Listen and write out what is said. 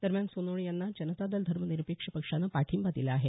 दरम्यान सोनवणे यांना जनता दल धर्मनिरपेक्ष पक्षानं पाठिंबा दिला आहे